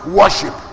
worship